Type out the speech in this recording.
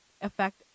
affect